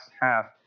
half